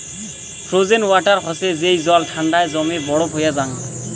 frozen water হসে যেই জল ঠান্ডায় জমে বরফ হইয়া জাং